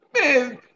Man